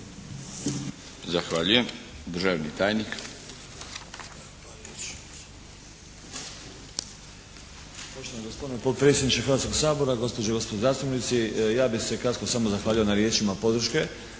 Zahvaljujem. Državni tajnik.